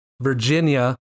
Virginia